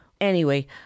Anyway